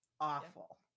awful